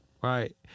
right